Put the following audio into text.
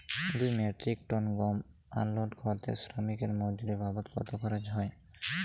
দুই metric ton গম unload করতে শ্রমিক এর মজুরি বাবদ কত খরচ হয়?